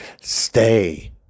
Stay